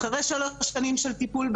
אחרי שלוש שנים של טיפול,